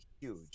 huge